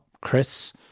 Chris